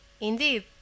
Indeed